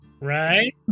Right